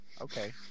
Okay